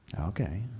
Okay